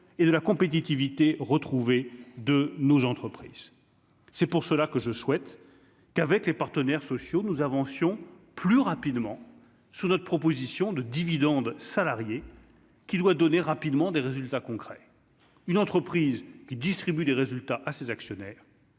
et de la compétitivité retrouvée de nos entreprises, c'est pour cela que je souhaite qu'avec les partenaires sociaux, nous avancions plus rapidement sur notre proposition de dividende salarié, qui doit donner rapidement des résultats concrets, une entreprise qui distribue des résultats à ses actionnaires.